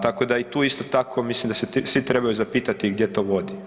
Tako da i tu isto tako mislim da se svi trebaju zapitati gdje to vodi.